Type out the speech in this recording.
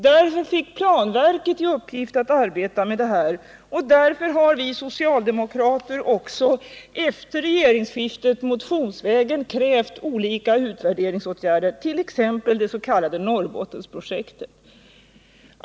Därför fick planverket i uppgift att arbeta med det här, och därför har vi socialdemokrater också efter regeringsskiftet motionsvägen krävt olika utvärderingsåtgärder, t.ex. det s.k. Norrbottensprojektet.